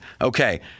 Okay